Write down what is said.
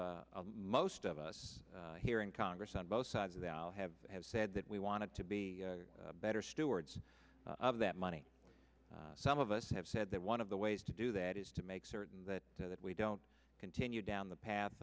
have most of us here in congress on both sides of the aisle have said that we wanted to be better stewards of that money some of us have said that one of the ways to do that is to make certain that that we don't continue down the path